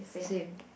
same